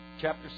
chapter